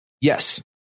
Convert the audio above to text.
Yes